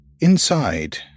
Inside